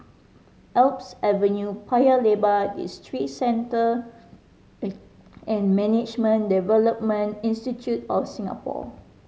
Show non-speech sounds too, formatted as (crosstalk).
Alps Avenue Paya Lebar Districenter (unintelligible) and Management Development Institute of Singapore